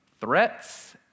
threats